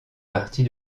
partie